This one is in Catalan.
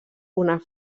una